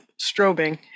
strobing